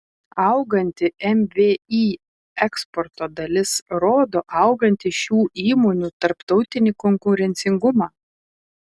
auganti mvį eksporto dalis rodo augantį šių įmonių tarptautinį konkurencingumą